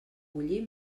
bullir